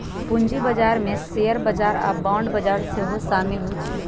पूजी बजार में शेयर बजार आऽ बांड बजार सेहो सामिल होइ छै